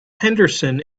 henderson